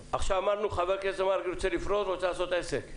אמרנו שחבר הכנסת מרגי רוצה לפרוש ורוצה לפתוח עסק.